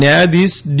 ન્યાયાધીશ ડી